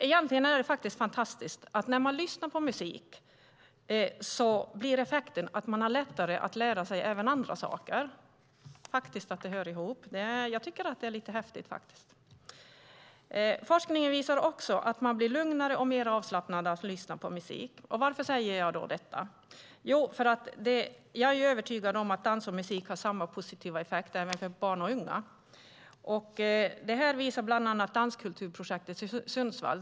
Egentligen är det fantastiskt, att när man lyssnar på musik blir effekten att man har lättare att lära sig även andra saker. Det hör faktiskt ihop. Jag tycker att det är lite häftigt. Forskningen visar också att man blir lugnare och mer avslappnad av att lyssna på musik. Varför säger jag detta? Jo, för att jag är övertygad om att dans och musik har samma positiva effekt även på barn och unga. Det visar bland annat Danskulturprojektet i Sundsvall.